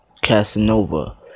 Casanova